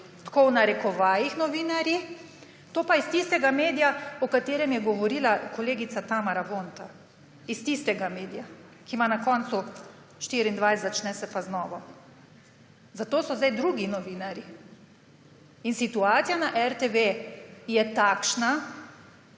tako v narekovajih novinarji, to pa iz tistega medija, o katerem je govorila kolegica Tamara Vonta, iz tistega medija, ki ima na kocu 24, začne se pa z Nova. Zato so zdaj drugi novinarji. In situacija na RTV je takšna,